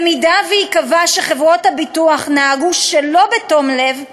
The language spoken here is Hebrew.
במידה שייקבע שחברת הביטוח נהגה שלא בתום לב,